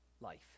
life